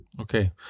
Okay